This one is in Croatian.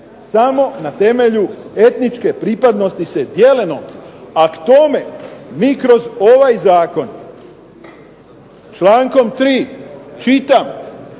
samo na temelju etničke pripadnosti se dijele novci,a k tome mi kroz ovaj Zakon člankom 3. čitamo